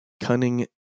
Cunning